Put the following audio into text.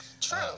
True